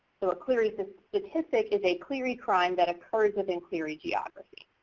so a clery statistic is a clery crime that occurs within clery geography.